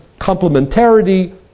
complementarity